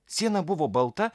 siena buvo balta